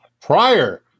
prior